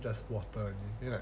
just water then like